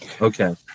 Okay